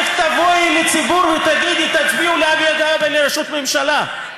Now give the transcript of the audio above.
איך תבואי לציבור ותגידי: תצביעו לאבי גבאי לראשות הממשלה?